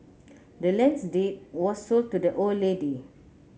the land's deed was sold to the old lady